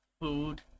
food